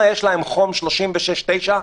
36.9?